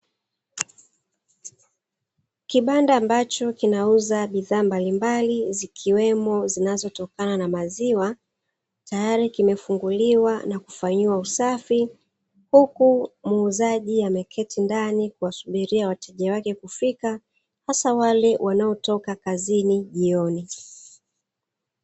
Kibanda ambacho kinauza bidhaa mbalimbali; zikiwemo zinazotokana na maziwa, tayari kimefunguliwa na kufanyiwa usafi, huku muuzaji ameketi ndani kuwasubiria wateja wake kufika hasa wale wanaotoka kazini jioni.